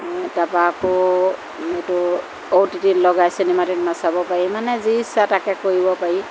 তাৰপৰা আকৌ এইটো অ'টিটিত লগাই চিনেমা টিনেমা চাব পাৰি মানে যি ইচ্ছা তাকে কৰিব পাৰি